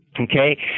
Okay